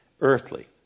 earthly